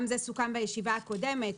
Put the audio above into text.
גם זה סוכם בישיבה הקודמת.